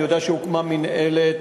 אני יודע שהוקמה מינהלת,